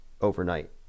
overnight